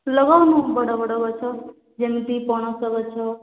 ଲଗାଉନୁ ବଡ଼ ବଡ଼ ଗଛ ଯେମିତି ପଣସ ଗଛ